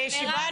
מי בעד?